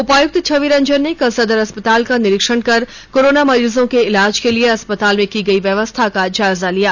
उपायुक्त छवि रंजन ने कल सदर अस्पताल का निरीक्षण कर कोरोना मरीजों के इलाज के लिए अस्पताल में की गई व्यवस्था का जायजा लिया